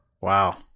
Wow